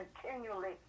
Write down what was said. continually